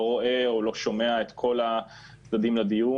לא רואה או לא שומע את כל הצדדים לדיון.